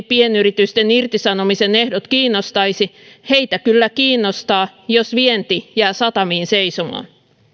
pienyritysten irtisanomisen ehdot kiinnostaisi heitä kyllä kiinnostaa jos vienti jää satamiin seisomaan